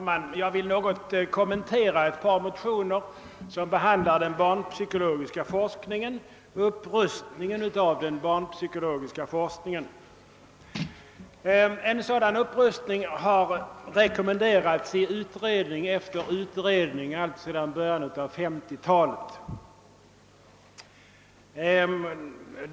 Herr talman! Jag vill något kommentera ett par motioner som behandlar upprustningen av den barnpsykologiska forskningen. En sådan upprustning har rekommenderats i utredning efter utredning alltsedan början av 1950-talet.